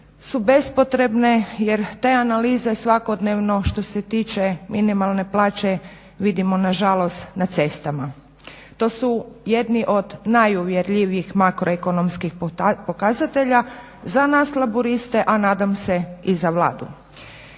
su bespotrebne jer te analize svakodnevno što se tiče minimalne plaće vidimo nažalost na cestama. To su jedni od najuvjerljivijih makroekonomskih pokazatelja za nas laburiste, a nadam se i za Vladu.